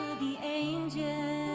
the angels